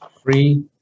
Free